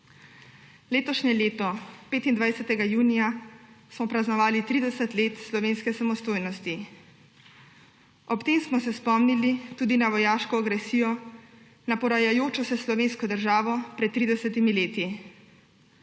stanovanja. Letos 25. junija smo praznovali 30 let slovenske samostojnosti. Ob tem smo se spomnili tudi na vojaško agresijo, na porajajočo se slovensko državo pred 30 leti.